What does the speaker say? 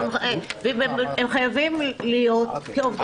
הם חייבים להיות בעובדים חיוניים.